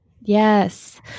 Yes